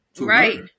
Right